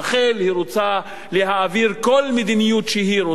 היא רוצה להעביר כל מדיניות שהיא רוצה,